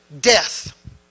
Death